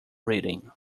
reading